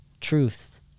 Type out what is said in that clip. truth